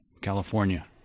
California